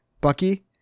Bucky